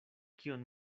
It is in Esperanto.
kion